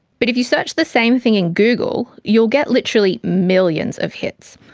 but if you search the same thing in google, you'll get literally millions of hits,